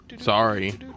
Sorry